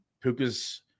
Puka's